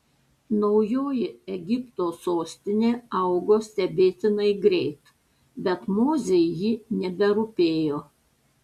naujoji egipto sostinė augo stebėtinai greit bet mozei ji neberūpėjo